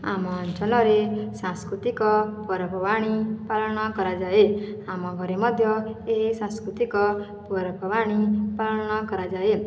ଆମ ଅଞ୍ଚଳରେ ସାଂସ୍କୃତିକ ପର୍ବପର୍ବାଣି ପାଳନ କରାଯାଏ ଆମ ଘରେ ମଧ୍ୟ ଏ ସାଂସ୍କୃତିକ ପର୍ବପର୍ବାଣି ପାଳନ କରାଯାଏ